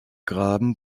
graben